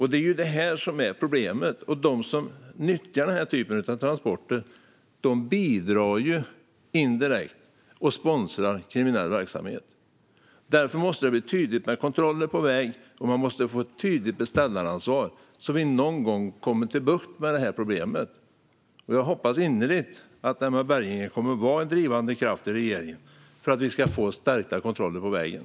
Det är detta som är problemet, och de som nyttjar den typen av transporter bidrar indirekt till - sponsrar - kriminell verksamhet. Därför måste det bli tydligt med kontroller på väg, och man måste få ett tydligt beställaransvar så att vi någon gång får bukt med problemet. Jag hoppas innerligt att Emma Berginger kommer att vara en drivande kraft i regeringen för att vi ska få stärkta kontroller på vägen.